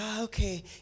okay